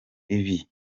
ibi